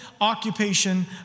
occupation